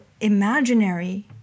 imaginary